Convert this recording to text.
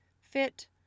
fit